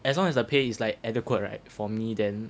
as long as the pay is like adequate right for me then